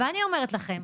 ואני אומרת לכם,